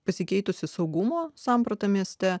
pasikeitusi saugumo samprata mieste